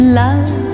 love